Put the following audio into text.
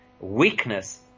weakness